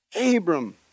Abram